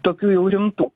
tokių jau rimtų